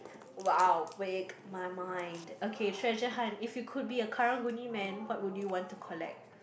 !wow! wait my mind okay treasure hunt if you could be a Karang-Guni man what would you want to collect